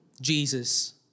Jesus